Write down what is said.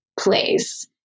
place